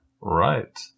Right